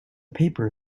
paper